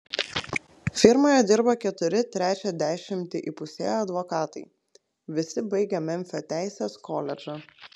firmoje dirba keturi trečią dešimtį įpusėję advokatai visi baigę memfio teisės koledžą